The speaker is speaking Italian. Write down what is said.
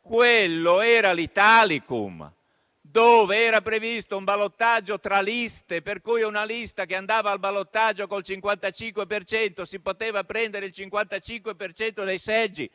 quello era l'Italicum, dove era previsto un ballottaggio tra liste, per cui una lista, che andava al ballottaggio con il 55 per cento, si poteva prendere il 55 per cento dei seggi.